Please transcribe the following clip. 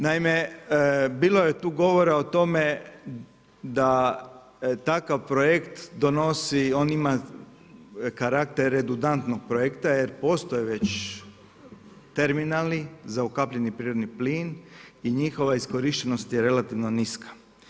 Naime, bilo je tu govora o tome, da takav projekt donosi, on ima karaktere dudantnog projekta, jer postoje već terminali za ukapljeni prirodni plin i njihova iskorištenost je relativno niska.